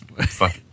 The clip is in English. fuck